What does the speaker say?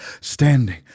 standing